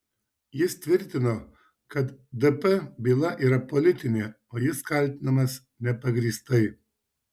jis tvirtino kad dp byla yra politinė o jis kaltinamas nepagrįstai